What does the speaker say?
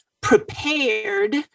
prepared